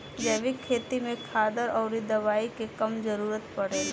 जैविक खेती में खादर अउरी दवाई के कम जरूरत पड़ेला